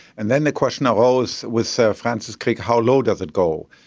and then the question ah arose with sir francis crick how low does it go?